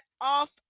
off